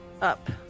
up